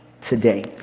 today